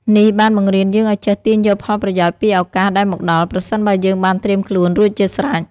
នេះបានបង្រៀនយើងឱ្យចេះទាញយកផលប្រយោជន៍ពីឱកាសដែលមកដល់ ប្រសិនបើយើងបានត្រៀមខ្លួនរួចជាស្រេច។